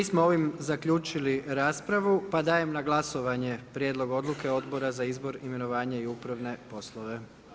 Mi smo ovim zaključili raspravu pa dajem na glasovanje Prijedlog odluke Odbora za izbor, imenovanje i upravne poslove.